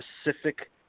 specific